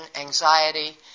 anxiety